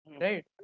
Right